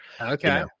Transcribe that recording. okay